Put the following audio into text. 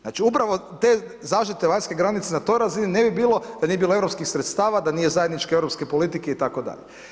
Znači upravo te zaštite vanjske granice na toj razini ne bi bilo da nije bilo europskih sredstava, da nije zajedničke europske politike itd.